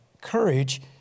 courage